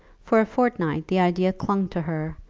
for a fortnight the idea clung to her,